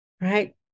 right